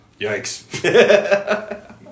Yikes